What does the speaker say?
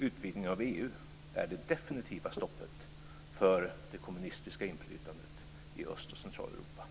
Utvidgningen av EU är det definitiva stoppet för det kommunistiska inflytandet i